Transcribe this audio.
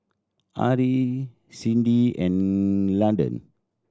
Ari Cindy and Landon